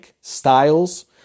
styles